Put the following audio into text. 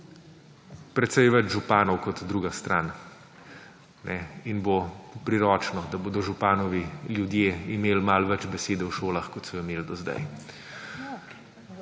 precej več županov kot druga stran in bo priročno, da bodo županovi ljudje imeli malo več besede v šolah, kot so jo imeli do zdaj.